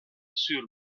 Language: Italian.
sur